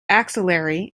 axillary